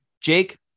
Jake